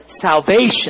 salvation